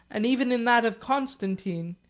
and even in that of constantine,